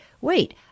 wait